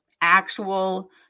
actual